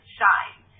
shine